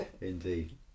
indeed